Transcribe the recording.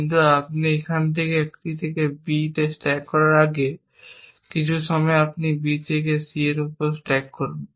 কিন্তু আপনি একটি থেকে B স্ট্যাক করার আগে কিছু সময় আপনি B থেকে C এর উপর স্ট্যাক করুন